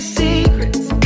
secrets